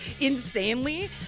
insanely